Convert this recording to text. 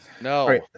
No